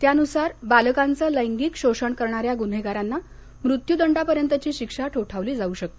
त्यानुसार बालकांचं लैंगिक शोषण करणाऱ्या गुन्हेगारांना मृत्युदंडापर्यंतची शिक्षा ठोठावली जाऊ शकते